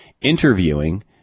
interviewing